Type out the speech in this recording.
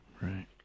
right